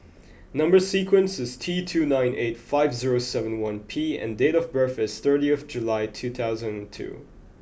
number sequence is T two nine eight five zero seven one P and date of birth is thirtieth July two thousand and two